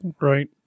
Right